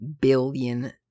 billion